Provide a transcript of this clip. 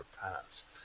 paths